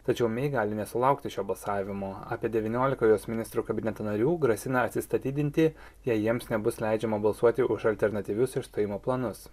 tačiau mei gali nesulaukti šio balsavimo apie devyniolika jos ministrų kabineto narių grasina atsistatydinti jei jiems nebus leidžiama balsuoti už alternatyvius išstojimo planus